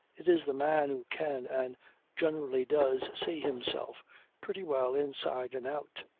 it is the man who can and generally does see himself pretty well inside and out.